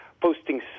posting